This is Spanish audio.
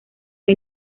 hay